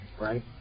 right